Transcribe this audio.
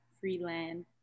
Freeland